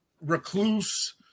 recluse